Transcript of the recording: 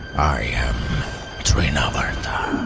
i am trinavarta.